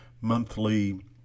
monthly